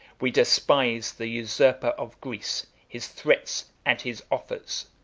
we despise the usurper of greece, his threats, and his offers.